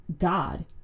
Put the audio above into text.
God